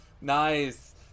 Nice